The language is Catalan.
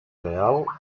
real